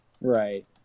Right